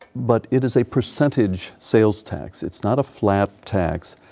but it is a percentage sales tax. its not a flat tax.